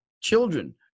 children